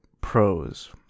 pros